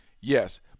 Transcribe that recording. yes